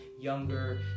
younger